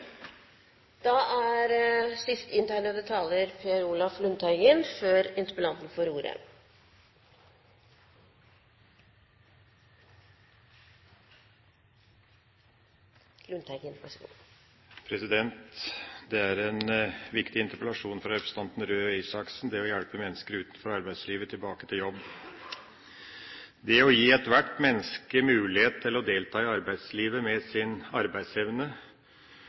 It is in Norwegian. interpellanten Røe Isaksen: det å hjelpe mennesker utenfor arbeidslivet tilbake til jobb. Det å gi ethvert menneske mulighet til å delta i arbeidslivet med sin arbeidsevne,